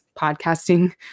podcasting